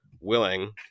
willing